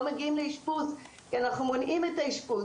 לא מגיעים לאישפוז כי אנחנו מונעים את האישפוז,